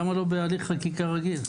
למה לא בהליך חקיקה רגיל?